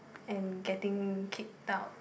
and getting kicked out